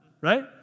Right